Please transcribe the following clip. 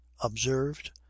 observed